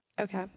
Okay